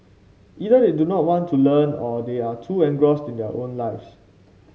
either they do not want to learn or they are too engrossed in their own lives